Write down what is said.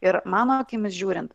ir mano akimis žiūrint